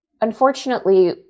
unfortunately